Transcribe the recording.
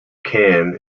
cairn